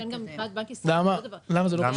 לכן, מבחינת בנק ישראל --- למה זה לא פשוט?